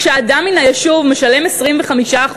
כשהאדם מן היישוב משלם 25%,